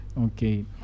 Okay